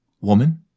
Woman